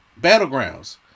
Battlegrounds